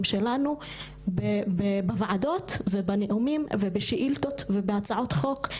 שלנו בוועדות ובנאומים ובשאילתות ובהצעות חוק,